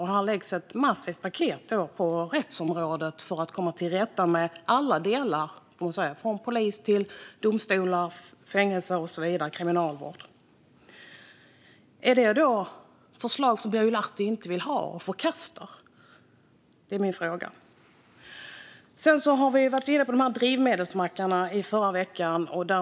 Här läggs fram ett massivt paket på rättsområdet för att komma till rätta med alla delar, från polis till domstolar, fängelse och så vidare. Det handlar alltså om kriminalvård. Är det förslag som Birger Lahti förkastar? I förra veckan var vi inne på frågan om drivmedelsmackarna.